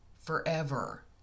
forever